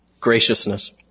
graciousness